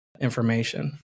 information